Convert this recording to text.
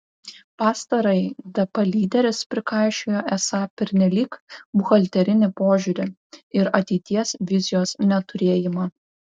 pastarajai dp lyderis prikaišiojo esą pernelyg buhalterinį požiūrį ir ateities vizijos neturėjimą